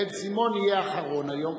בן-סימון יהיה אחרון היום.